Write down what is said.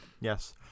yes